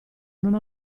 non